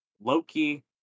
Loki